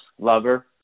lover